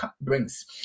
brings